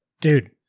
Dude